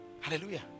Hallelujah